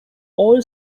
all